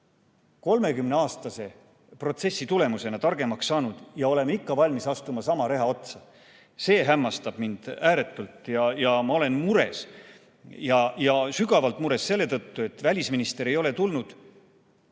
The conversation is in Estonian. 30‑aastase protsessi tulemusena targemaks saanud ja oleme ikka valmis astuma sama reha otsa. See hämmastab mind ääretult. Ma olen mures ja sügavalt mures selle tõttu, et välisminister ei ole tulnud